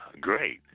great